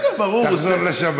תחזור לשבת.